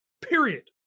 Period